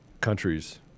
countries